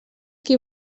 qui